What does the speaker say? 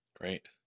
Great